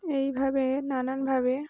এইভাবে নানানভাবে